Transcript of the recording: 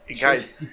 guys